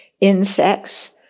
Insects